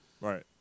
Right